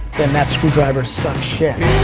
then that screwdriver sucks shit.